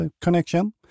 connection